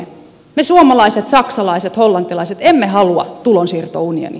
me suomalaiset saksalaiset hollantilaiset emme halua tulonsiirtounionia